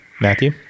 Matthew